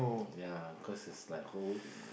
ya cause is like hold